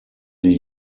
sie